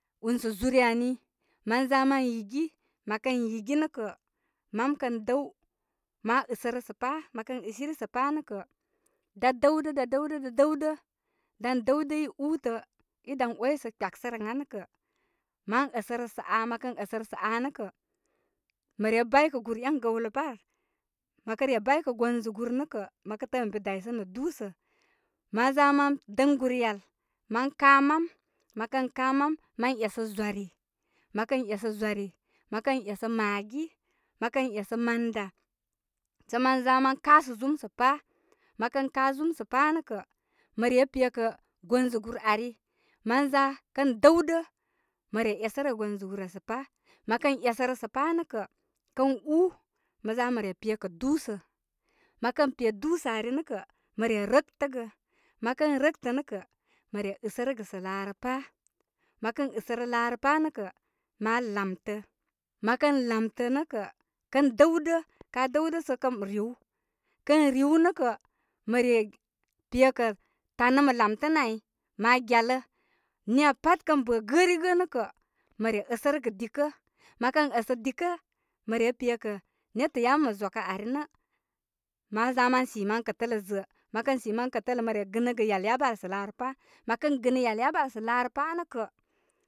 Ūnsə' zure ani məza mənyigi. Məskan yigi nə' kə', mam kən dəw ma ɨsərə sə'pa, mə kə ɨsiri pa nə kə da dəw də' da dəw də da dəwdə. Dan dəwdə uuta i istə i dan oysə kpyaksərəya kə' man əsərə sə' a a. Mə kən əsərə sə aa nə kə', mə re baykə gur en gəwlə par. Mə kə' re baykə gonzə gur nə' kə mə kə tə'ə' mə be daysə' nə' du'u'sə, mən za mən dəŋ gur yal mən ka mam, mə kən ka mam mən esə zwari. Mə kə esə zwari, mə kən esə maggi, mə kən esə manda, sə man za man kasə zum, sə pa, mə kən ka zum sə' pa' nə'kə' mə re pekə' gonzə gur ari, mən za kən dawdə' mə re esərəgəgonzə' gur ari sə pa, mə kə esərəsə' pa' nə' kə' kən u'u', mə za mə repekə' dūūsə. Mə kə pe dūūsə ari nə kə, mə re rəktəgə. Mə kə rəkktə nə kə' mə re ɨsərə laa rə pa' nə' kə', ma lāmtə. Mə kən la'mtə nə' kə', kən dəwdə, ka dəwdə sə kə riw. Kə riw nə kə', mə re pekə tanə ma lāmtənə ay ma gyalə. Niya pat kən bə gərigə nə' kə, mə re əsərəgə dikə. Mə kə əsə dikə, mə re pe kə netə yabə mə zokə ari nə man za mən si mankətələ zə'ə'. Mə si man kətələ mə gənəgə iyal yabə al sə laa rə pā. Mə kə gənə yal yabə al sə laa rə pa nə kə.